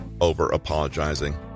over-apologizing